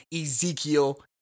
Ezekiel